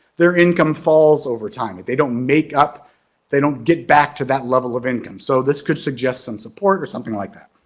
their income falls over time if they don't make up they don't get back to that level of income. so this could suggest some support or something like that.